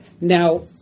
Now